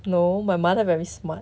no my mother very smart